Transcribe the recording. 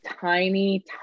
Tiny